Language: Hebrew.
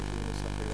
כפי שהוא מנוסח היום.